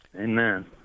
Amen